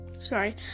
sorry